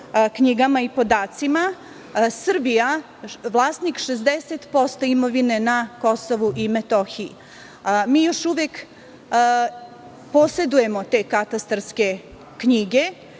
knjigama i podacima Srbija vlasnik 60% imovine na KiM. Mi još uvek posedujemo te katastarske knjige